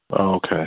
okay